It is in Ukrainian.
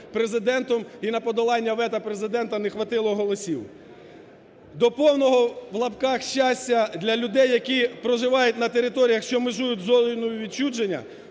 Президентом і на подолання вето Президента не хватило голосів. До повного в лапках щастя для людей, які проживають на територіях, що межують із Зоною відчуження